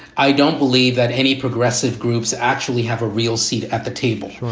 i don't believe that any progressive groups actually have a real seat at the table.